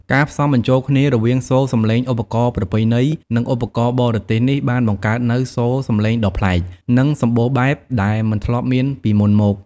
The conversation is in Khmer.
ការផ្សំបញ្ចូលគ្នារវាងសូរសំឡេងឧបករណ៍ប្រពៃណី និងឧបករណ៍បរទេសនេះ បានបង្កើតនូវ សូរសំឡេងដ៏ប្លែក និង សម្បូរបែប ដែលមិនធ្លាប់មានពីមុនមក។